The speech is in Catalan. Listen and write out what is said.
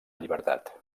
llibertat